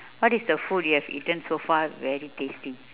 what is the food you have eaten so far very tasty